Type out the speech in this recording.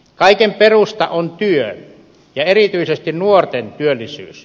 kaiken perusta on työ ja erityisesti nuorten työllisyys